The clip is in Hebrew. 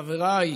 חבריי,